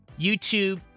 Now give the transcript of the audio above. YouTube